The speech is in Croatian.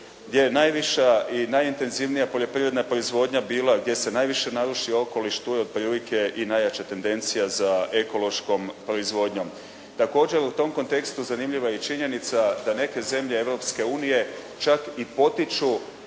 gdje je najviša i najintenzivnija poljoprivredna proizvodnja bila, gdje se najviše narušio okoliš, tu je otprilike i najjača tendencija za ekološkom proizvodnjom. Također u tom kontekstu zanimljiva je i činjenica da neke zemlje Europske unije čak i potiču